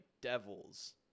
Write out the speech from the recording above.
devils